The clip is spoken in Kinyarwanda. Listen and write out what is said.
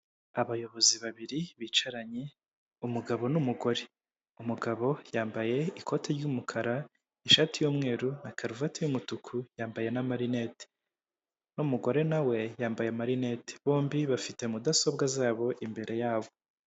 Abayobozi babiri bicaranye umugabo n'umugore, umugabo yambaye ikoti ry'umukara, ishati y'umweru na karuvati y'umutuku, yambaye n'amarinete n'umugore na we yambaye amarinete, bombi bafite mudasobwa zabo imbere y'abo.